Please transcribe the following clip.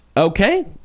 Okay